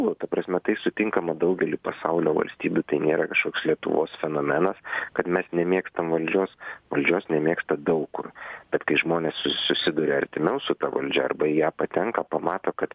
nu ta prasme tai sutinkama daugely pasaulio valstybių tai nėra kažkoks lietuvos fenomenas kad mes nemėgstam valdžios valdžios nemėgsta daug kur bet kai žmonės susiduria artimiau su ta valdžia arba į ją patenka pamato kad